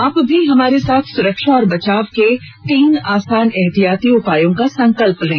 आप भी हमारे साथ सुरक्षा और बचाव के तीन आसान एहतियाती उपायों का संकल्प लें